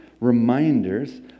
reminders